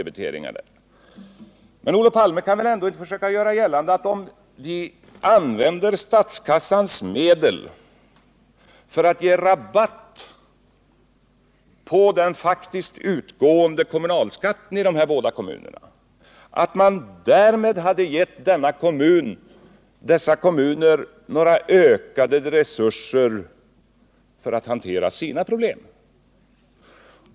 Men Olof Palme kan väl ändå inte göra gällande att om vi använt statskassans medel för att ge rabatt på den faktiskt utgående kommunalskatten i de här båda kommunerna, så hade vi därmed gett dessa kommuner ökade resurser för att hantera sina problem.